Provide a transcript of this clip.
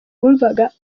bumvaga